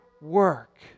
work